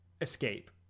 Escape